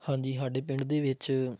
ਹਾਂਜੀ ਸਾਡੇ ਪਿੰਡ ਦੇ ਵਿੱਚ